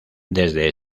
desde